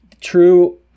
true